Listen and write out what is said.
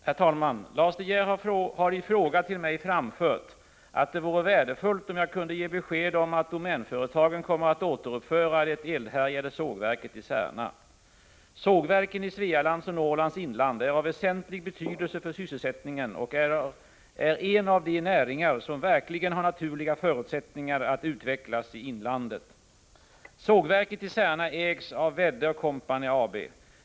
Herr talman! Lars De Geer har i fråga till mig framfört att det vore värdefullt om jag kunde ge besked om att Domänföretagen kommer att återuppföra det eldhärjade sågverket i Särna. Sågverken i Svealands och Norrlands inland är av väsentlig betydelse för sysselsättningen och är en av de näringar som verkligen har naturliga förutsättningar att utvecklas i inlandet. Sågverket i Särna ägs av Wedde & Co AB.